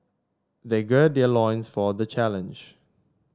they gird their loins for the challenge